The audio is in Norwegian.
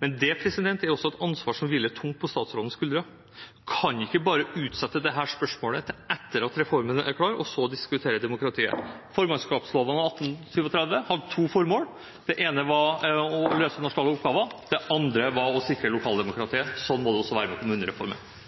Men det er et ansvar som også hviler tungt på statsrådens skuldre. Man kan ikke bare utsette dette spørsmålet til etter at reformen er klar, og så diskutere demokratiet. Formannskapslovene av 1837 hadde to formål: Det ene var å løse nasjonale oppgaver. Det andre var å sikre lokaldemokratiet. Sånn må det også være med kommunereformen.